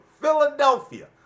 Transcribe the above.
Philadelphia